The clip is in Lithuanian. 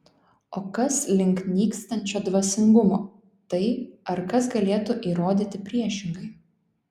o kas link nykstančio dvasingumo tai ar kas galėtų įrodyti priešingai